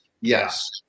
yes